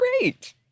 great